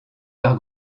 par